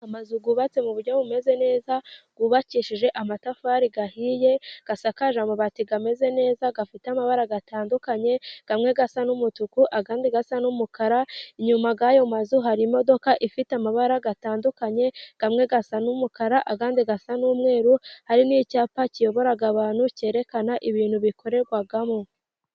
Amazu yubatse mu buryo bumeze neza, yubakishije amatafari ahiye ,asakaje amabati ameze neza ,afite amabara atandukanye, amwe asa n'umutuku ayandi asa n'umukara, inyuma y'ayo mazu hari imodoka ifite amabara atandukanye, amwe asa n'umukara ayandi asa n'umweru, hari n'icyapa kiyobora abantu kerekana ibintu bikorerwamo.